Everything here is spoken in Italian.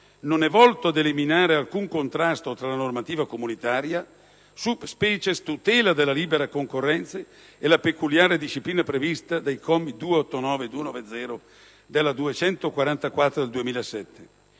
non è volto ad eliminare alcun contrasto tra la normativa comunitaria, *sub specie* «tutela della libera concorrenza», e la peculiare disciplina prevista dai commi 289 e 290 dell'articolo 2